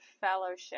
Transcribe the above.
fellowship